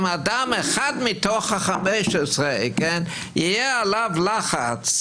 אם האדם אחד מתוך ה-15 יהיה עליו לחץ,